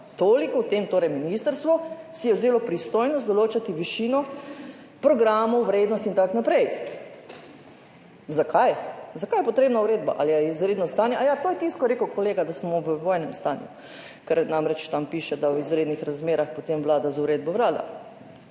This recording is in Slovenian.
Toliko o tem. Ministrstvo si je torej vzelo pristojnost določati višino programov, vrednost in tako naprej. Zakaj? Zakaj je potrebna uredba? Ali je izredno stanje? Aja, to je tisto, ko je rekel kolega, da smo v vojnem stanju. Ker namreč tam piše, da v izrednih razmerah potem Vlada z uredbo vlada.